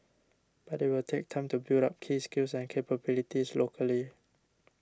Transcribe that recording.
but it will take time to build up key skills and capabilities locally